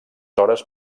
hores